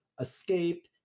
escape